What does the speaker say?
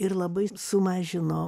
ir labai sumažino